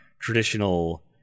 traditional